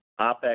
OpEx